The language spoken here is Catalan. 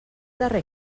darrer